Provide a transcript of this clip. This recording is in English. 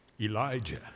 Elijah